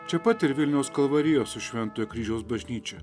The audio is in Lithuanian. čia pat ir vilniaus kalvarijos su šventojo kryžiaus bažnyčia